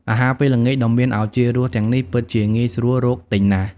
អាហារពេលល្ងាចដ៏មានឱជារសទាំងនេះពិតជាងាយស្រួលរកទិញណាស់។